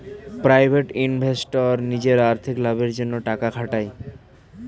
private investor নিজের আর্থিক লাভের জন্যে টাকা খাটায়